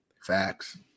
Facts